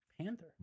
panther